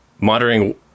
monitoring